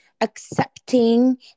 accepting